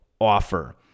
offer